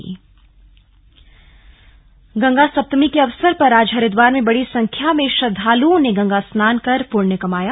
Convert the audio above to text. slug Ganga Saptami Ganga Saptami के अवसर पर आज हरिद्वार में बड़ी संख्या में श्रद्वालुओं ने गंगा स्नान कर पुण्य कमाया